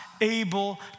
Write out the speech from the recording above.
able